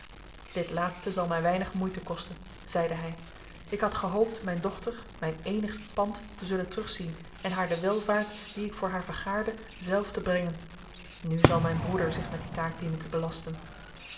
dit laatste zal mij weinig moeite kosten zeide hij ik had gehoopt mijn dochter mijn eenigst pand te zullen terugzien en haar de welvaart die ik voor haar vergaarde zelf te brengen nu zal mijn broeder zich met die taak dienen te belasten